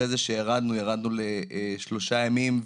אחר כך ירדנו לשלושה ימים.